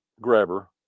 grabber